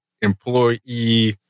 employee